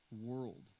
world